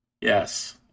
Yes